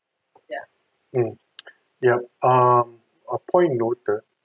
um yeah um a point noted